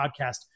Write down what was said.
podcast